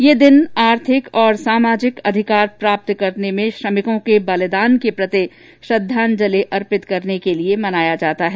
यह दिन आर्थिक और सामाजिक अधिकार प्राप्त करने में श्रमिकों के बलिदान के प्रति श्रद्धांजलि अर्पित करने के लिये मनाया जाता है